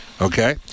okay